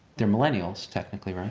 they're millennials, technically,